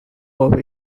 over